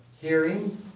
hearing